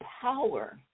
power